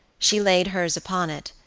she laid hers upon it,